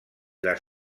les